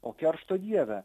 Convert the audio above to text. o keršto dieve